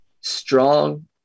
strong